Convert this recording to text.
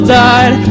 died